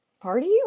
party